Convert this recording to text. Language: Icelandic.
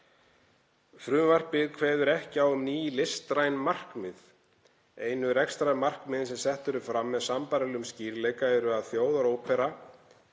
Frumvarpið kveður ekki á um ný listræn markmið. Einu rekstrarmarkmiðin sem sett eru fram með sambærilegum skýrleika eru að Þjóðarópera